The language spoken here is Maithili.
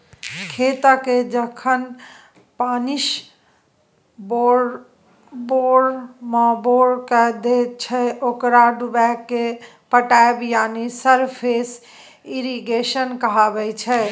खेतकेँ जखन पानिसँ बोरमबोर कए दैत छै ओकरा डुबाएकेँ पटाएब यानी सरफेस इरिगेशन कहय छै